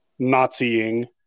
Naziing